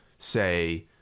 say